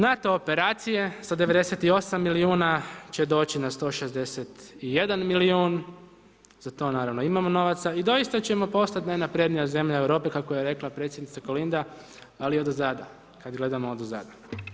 NATO operacije sa 98 milijuna će doći na 161 milijun, za to naravno imamo novaca i doista ćemo postati najnaprednija zemlja u Europi kako je rekla predsjednica Kolinda ali odozada, kada gledamo odozada.